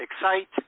excite